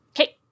Okay